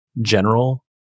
general